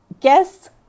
guess